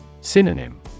Synonym